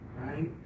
right